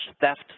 theft